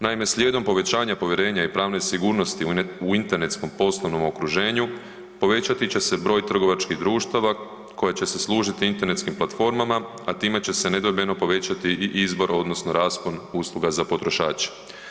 Naime, slijedom povećanja povjerenja i pravne sigurnosti u internetskom poslovnom okruženju, povećati će se broj trgovačkih društava koje će se služiti internetskim platformama a time će se nedvojbeno povećati i izbor odnosno raspon usluga za potrošače.